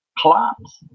collapse